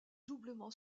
doublement